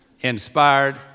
inspired